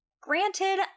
Granted